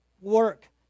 work